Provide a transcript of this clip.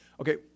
Okay